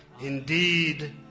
Indeed